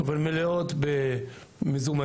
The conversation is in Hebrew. אבל מלאות במזומנים.